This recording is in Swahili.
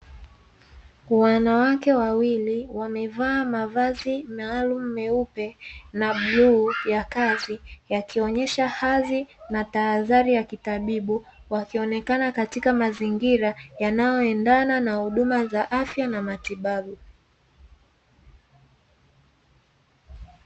Wanawake wawili wamevaa mavazi maalum meupe na bluu ya kazi, yakionyesha hadhi na tahadhari ya kitabibu wakionekana katika mazingira yanayo endana na huduma za afya na matibabu.